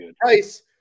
price